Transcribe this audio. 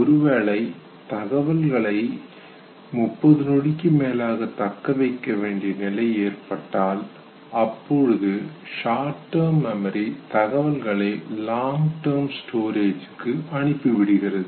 ஒருவேளை தகவல்களை 30 நொடிக்கு மேலாக தக்க வைக்க வேண்டிய நிலை ஏற்பட்டால் அப்பொழுது ஷார்ட் டெர்ம் மெமரி தகவல்களை லாங் டெர்ம் ஸ்டோரேஜ் க்கு அனுப்பி விடுகிறது